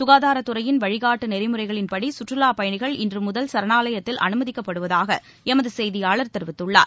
சுகாதாரத்துறையின் வழிகாட்டு நெறிமுறைகளின்படி சுற்றுலாப் பயணிகள் இன்று முதல் சரணாலயத்தில் அனுமதிக்கப்படுவதாக எமது செய்தியாளர் தெரிவிக்கிறார்